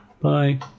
Bye